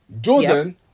Jordan